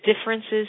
differences